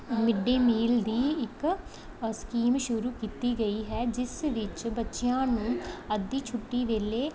mid day meal ਦੀ ਇੱਕ ਅ ਸਕੀਮ ਸ਼ੁਰੂ ਕੀਤੀ ਗਈ ਹੈ ਜਿਸ ਵਿੱਚ ਬੱਚਿਆਂ ਨੂੰ ਅੱਧੀ ਛੁੱਟੀ ਵੇਲੇ